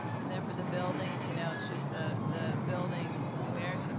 and then for the building, you know, it's just the the building numeric